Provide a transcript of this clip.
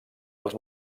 els